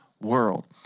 world